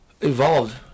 evolved